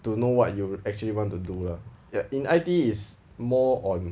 to know what you actually want to get lah that in I_T_E is more on